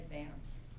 advance